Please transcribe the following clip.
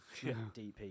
dp